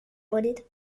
کنید